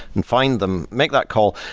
and find them, make that call,